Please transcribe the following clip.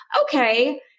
okay